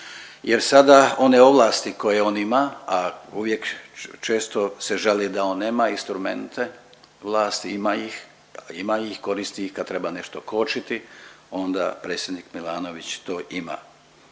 jer sada one ovlasti koje on ima, a uvijek često se žali da on nema instrumente vlasti. Ima ih, ima ih i koristi ih kad treba nešto kočiti onda predsjednik Milanović to ima.